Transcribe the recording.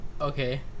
Okay